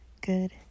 good